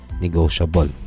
negotiable